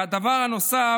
והדבר הנוסף